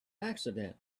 accident